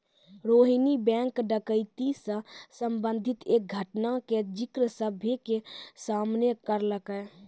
Rohini bank डकैती से संबंधित एक घटना के जिक्र सभ्भे के सामने करलकै